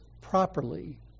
properly